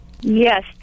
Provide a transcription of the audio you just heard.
Yes